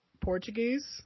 Portuguese